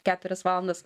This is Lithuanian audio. keturias valandas